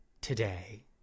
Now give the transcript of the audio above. today